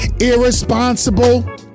Irresponsible